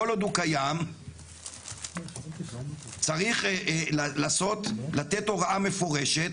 כל עוד הוא קיים צריך לתת הוראה מפורשת